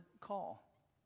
call